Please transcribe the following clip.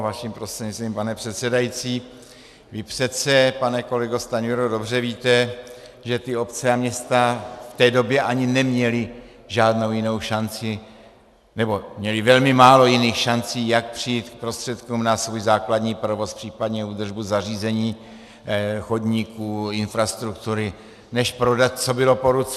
Vaším prostřednictvím, pane předsedající, vy přece, pane kolego Stanjuro, dobře víte, že ty obce a města v té době ani neměly žádnou šanci nebo měly velmi málo jiných šancí, jak přijít k prostředkům na svůj základní provoz, případně údržbu zařízení, chodníků, infrastruktury, než prodat, co bylo po ruce.